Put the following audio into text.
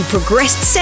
Progressed